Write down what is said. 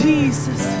Jesus